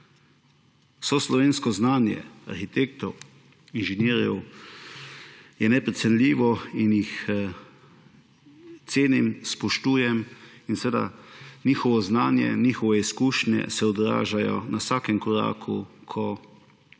Vse slovensko znanje arhitektov, inženirjev je neprecenljivo in jih cenim, spoštujem. Njihovo znanje, njihove izkušnje se odražajo na vsakem koraku, ko se